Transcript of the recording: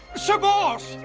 sir boss,